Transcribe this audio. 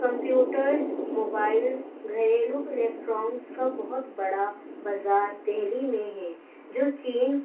computers mobiles گھریلو electronics کا بہت بڑا بازار دہلی میں ہے جو چین